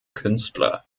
künstler